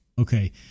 Okay